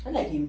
I like him